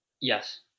Yes